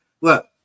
Look